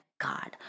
God